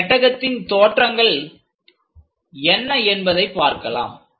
அந்த பெட்டகத்தின் தோற்றங்கள் என்ன என்பதை நாம் பார்க்கலாம்